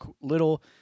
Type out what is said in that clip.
little